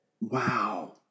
Wow